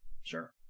Sure